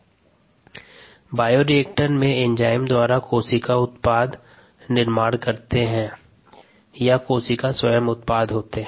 संदर्भ slide time 0109 bioreactor में enzyme द्वारा कोशिका उत्पाद निर्माण करते है या कोशिका स्वयं उत्पाद होते हैं